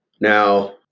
Now